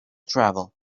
travel